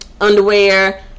underwear